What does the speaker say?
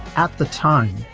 at the time,